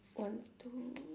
one two